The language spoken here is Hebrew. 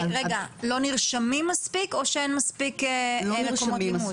לא נרשמים מספיק או שאין מספיק מקומות לימוד?